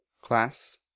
Class